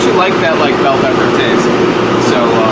like that like bell pepper taste so